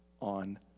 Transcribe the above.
on